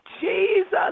Jesus